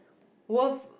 worth